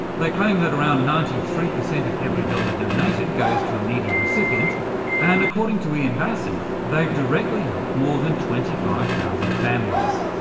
they claim that around ninety three percent of every dollar donated goes to a needy recipient and, according to ian bassin, they've directly helped more than twenty five thousand families.